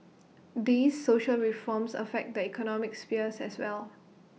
these social reforms affect the economic sphere as well